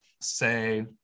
say